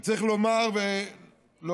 וצריך לומר ולהודות